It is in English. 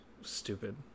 Stupid